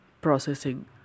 processing